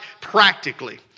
practically